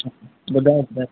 ॿुधायो ॿुधायो